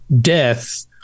death